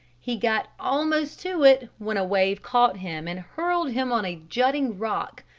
he got almost to it, when a wave caught him and hurled him on a jutting rock.